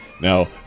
Now